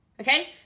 Okay